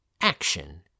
Action